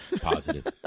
positive